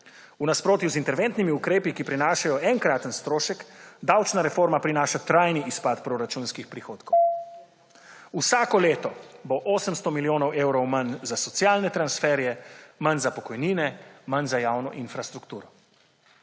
V nasprotju z interventnimi ukrepi, ki prinašajo enkraten strošek, davčna reforma prinaša trajni izpad proračunskih prihodkov. Vsako leto bo 800 milijonov evrov manj za socialne transferje, manj za pokojnine, manj za javno infrastrukturo.